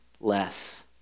less